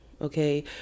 okay